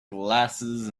glasses